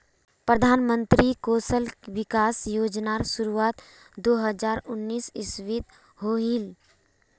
प्रधानमंत्री कौशल विकाश योज्नार शुरुआत दो हज़ार उन्नीस इस्वित होहिल